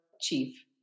chief